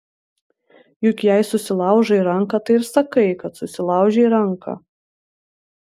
juk jei susilaužai ranką tai ir sakai kad susilaužei ranką